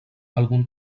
algun